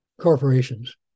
corporations